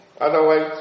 Otherwise